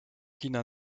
kina